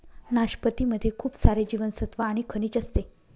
नाशपती मध्ये खूप सारे जीवनसत्त्व आणि खनिज असते